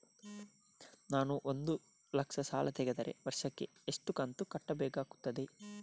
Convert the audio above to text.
ನಾನು ಒಂದು ಲಕ್ಷ ಸಾಲ ತೆಗೆದರೆ ವರ್ಷಕ್ಕೆ ಎಷ್ಟು ಕಂತು ಕಟ್ಟಬೇಕಾಗುತ್ತದೆ?